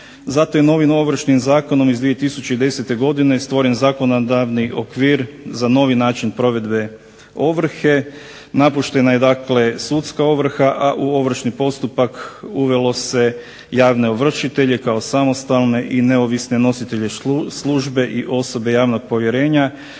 Zato je novim Ovršnim zakonom iz 2010. godine stvoren zakonodavni okvir za novi način provedbe ovrhe. Napuštena je dakle sudska ovrha, a u ovršni postupak uvelo se javne ovršitelje kao samostalne i neovisne nositelje službe i osobe javnog povjerenja